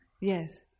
yes